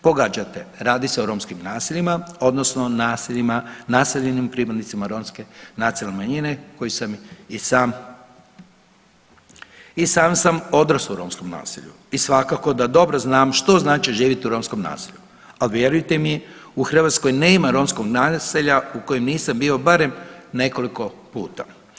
Pogađate radi se o romskim naseljima odnosno naseljima naseljenim pripadnicima romske nacionalne manjine koji sam i sam i sam sam odraso u romskom naselju i svakako da znam što znači živjeti u romskom naselju, al vjerujte mi u Hrvatskoj nema romskog naselja u kojem nisam bio barem nekoliko puta.